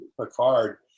Picard